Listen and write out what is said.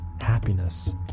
Happiness